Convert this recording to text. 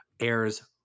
Airs